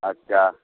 আচ্ছা